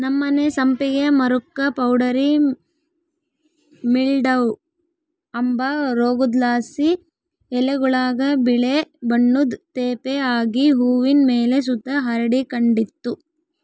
ನಮ್ಮನೆ ಸಂಪಿಗೆ ಮರುಕ್ಕ ಪೌಡರಿ ಮಿಲ್ಡ್ವ ಅಂಬ ರೋಗುದ್ಲಾಸಿ ಎಲೆಗುಳಾಗ ಬಿಳೇ ಬಣ್ಣುದ್ ತೇಪೆ ಆಗಿ ಹೂವಿನ್ ಮೇಲೆ ಸುತ ಹರಡಿಕಂಡಿತ್ತು